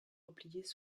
repliés